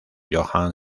johan